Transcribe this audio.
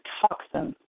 toxin